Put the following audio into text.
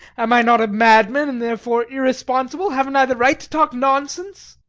am i not a madman, and therefore irresponsible? haven't i the right to talk nonsense?